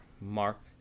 mark